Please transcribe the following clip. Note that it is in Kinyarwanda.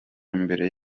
imbere